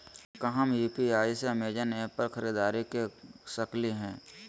का हम यू.पी.आई से अमेजन ऐप पर खरीदारी के सकली हई?